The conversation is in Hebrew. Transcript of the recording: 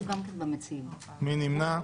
מי נמנע?